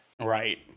right